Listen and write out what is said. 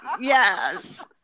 Yes